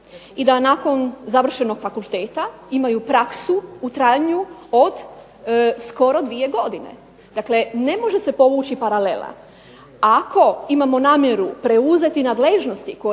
i da nakon završenog fakulteta imaju praksu u trajanju od skoro dvije godine. Dakle, ne može se povući paralela. Ako imamo namjeru preuzeti nadležnosti koje